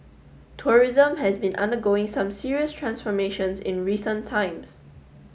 tourism has been undergoing some serious transformations in recent times